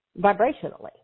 vibrationally